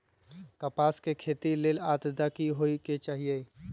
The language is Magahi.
कपास के खेती के लेल अद्रता की होए के चहिऐई?